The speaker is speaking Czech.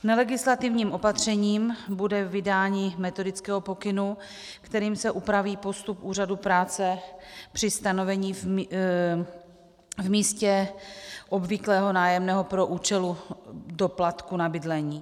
Nelegislativním opatřením bude vydání metodického pokynu, kterým se upraví postup úřadu práce při stanovení v místě obvyklého nájemného pro účel doplatku na bydlení.